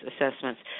assessments